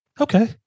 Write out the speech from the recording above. Okay